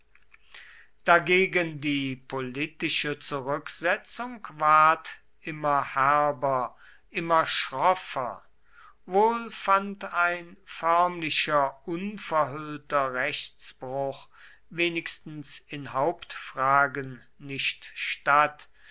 dagegen die politische zurücksetzung ward immer herber immer schroffer wohl fand ein förmlicher unverhüllter rechtsbruch wenigstens in hauptfragen nicht statt